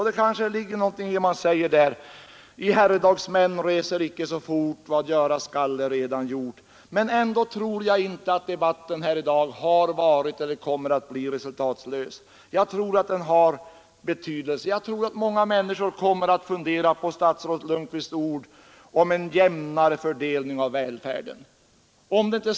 Det kanske ligger något i strofen: ”Vad göras skall är allaredan gjort I herredagsmän, reser icke så fort! ” Men ändå tror jag inte att debatten här i dag har varit eller kommer att bli resultatlös. Jag tror att den har betydelse. Många människor kommer nog att fundera på statsrådets Lundkvists ord om en jämnare fördelning av välfärden.